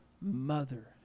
mother